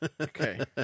Okay